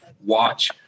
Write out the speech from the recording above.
watch